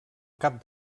cap